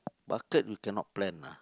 bucket you cannot plan lah